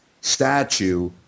statue